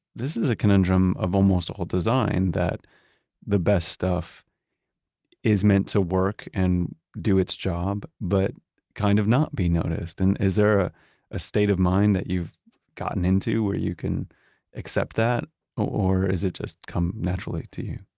this is a conundrum of almost all design that the best stuff is meant to work and do its job, but kind of not be noticed. and is there ah a state of mind that you've gotten into where you can accept that or is it just come naturally to you?